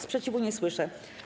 Sprzeciwu nie słyszę.